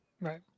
Right